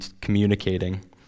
communicating